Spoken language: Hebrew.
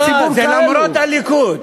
זה למרות הליכוד,